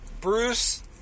Bruce